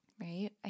right